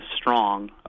strong